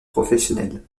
professionnelle